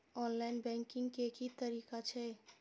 Online banking के की तरीका छै?